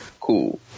Cool